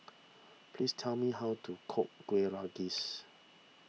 please tell me how to cook Kuih Rengas